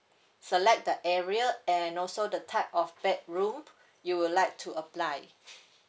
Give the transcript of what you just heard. select the area and also the type of bedroom you will like to apply